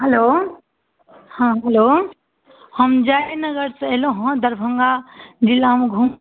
hello हँ hello हम जयनगरसँ अयलहुँ हँ दरभङ्गा जिलामे घूमए